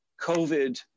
COVID